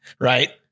right